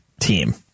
team